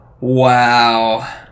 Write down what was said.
Wow